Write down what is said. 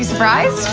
friday